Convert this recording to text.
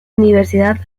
universidad